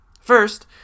First